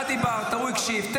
אתה דיברת, הוא הקשיב.